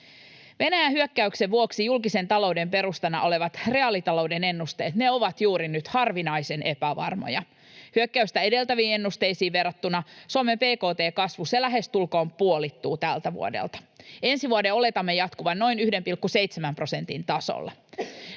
Venäjän hyökkäyksen vuoksi julkisen talouden perustana olevat reaalitalouden ennusteet, ne ovat juuri nyt harvinaisen epävarmoja. Hyökkäystä edeltäviin ennusteisiin verrattuna Suomen bkt-kasvu, se lähestulkoon puolittuu tältä vuodelta. Ensi vuoden oletamme jatkuvan noin 1,7 prosentin tasolla.